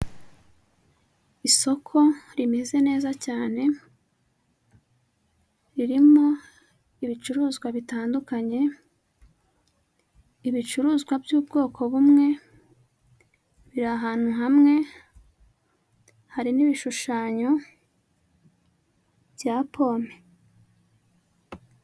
Isoko rimeze neza cyane, ririmo ibicuruzwa bitandukanye, ibicuruzwa by'ubwoko bumwe biri ahantu hamwe, hari n'ibishushanyo bya pome.